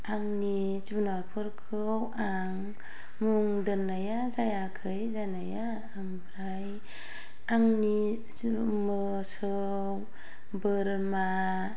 आंनि जुनादफोरखौ आं मुं दोननाया जायाखै जानाया आमफ्राय आंनि मोसौ बोरमा